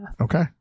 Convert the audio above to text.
Okay